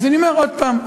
אז אני אומר עוד הפעם,